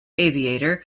aviator